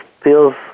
feels